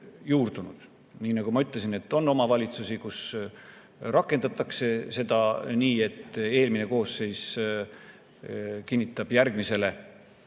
juurdunud. Nii nagu ma ütlesin, on omavalitsusi, kus rakendatakse seda nii, et eelmine koosseis kinnitab järgmisele